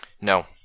No